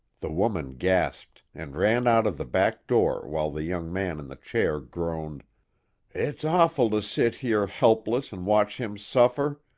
the woman gasped, and ran out of the back door while the young man in the chair groaned it's awful to sit here helpless and watch him suffer!